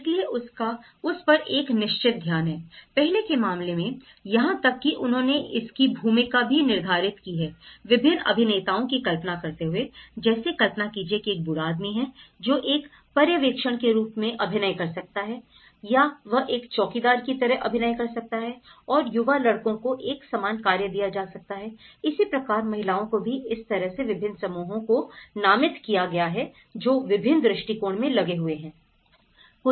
इसलिए इसका उस पर एक निश्चित ध्यान है पहले के मामले में यहां तक कि उन्होंने इसकी भूमिका भी निर्धारित की है विभिन्न अभिनेताओं की कल्पना करते हुए जैसे कल्पना कीजिए कि एक बूढ़ा आदमी है जो एक पर्यवेक्षण के रूप में अभिनय कर सकता है या वह एक चौकीदार की तरह अभिनय कर सकता है और युवा लड़कों को एक समान कार्य दिया जा सकता है इसी प्रकार महिलाओं को भी इस तरह से विभिन्न समूहों को नामित किया गया है जो विभिन्न दृष्टिकोण में लगे हुए हैं